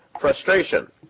frustration